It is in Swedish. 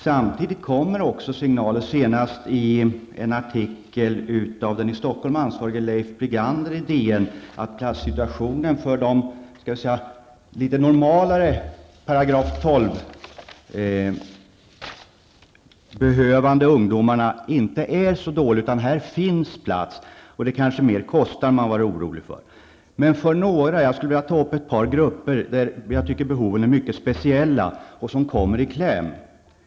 Samtidigt kommer också signaler, senast i en artikel av den i Stockholm ansvarige Leif Brigander i DN, att platssituationen för de ''litet normalare'' § 12 behövande ungdomarna inte är så dålig, utan här finns plats. Det är kanske mer kostnaden man är orolig för. Men jag skulle vilja ta upp ett par grupper, för vilka jag tycker att behoven är mycket speciella och som kommer i kläm.